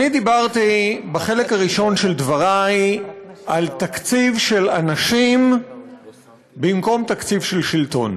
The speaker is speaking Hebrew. דיברתי בחלק הראשון של דברי על תקציב של אנשים במקום תקציב של שלטון,